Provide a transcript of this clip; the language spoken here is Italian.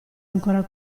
ancora